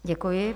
Děkuji.